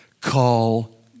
Call